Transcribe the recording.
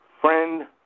friend